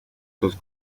dos